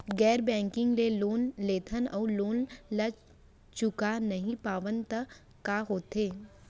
गैर बैंकिंग ले लोन लेथन अऊ लोन ल चुका नहीं पावन त का होथे?